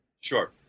Sure